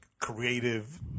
creative